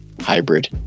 hybrid